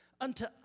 unto